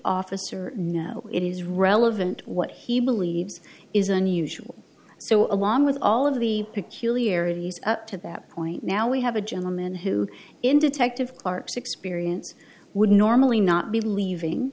officer know it is relevant what he believes is unusual so along with all of the peculiarities up to that point now we have a gentleman who in detective clark's experience would normally not be leaving